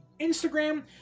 Instagram